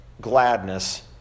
gladness